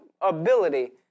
ability